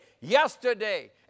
yesterday